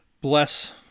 bless